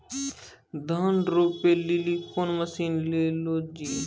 धान रोपे लिली कौन मसीन ले लो जी?